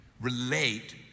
relate